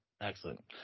Excellent